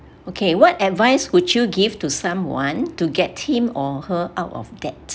okay what advice would you give to someone to get him or her out of debt